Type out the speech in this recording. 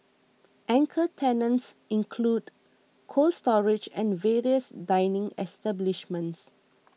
anchor tenants include Cold Storage and various dining establishments